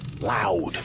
loud